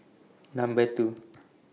Number two